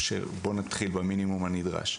או בוא נתחיל במינימום הנדרש.